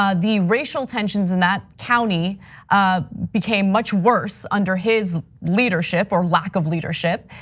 um the racial tensions in that county ah became much worse under his leadership or lack of leadership.